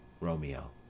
Romeo